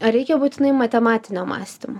ar reikia būtinai matematinio mąstymo